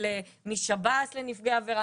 ומשב"ס לנפגעי עבירה.